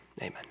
amen